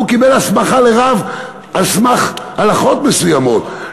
הוא קיבל הסמכה לרב על סמך הלכות מסוימות.